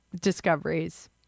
discoveries